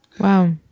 Wow